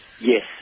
Yes